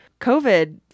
COVID